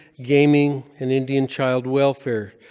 gaming, and indian child welfare.